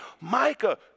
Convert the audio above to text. Micah